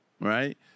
right